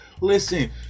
listen